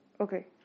Okay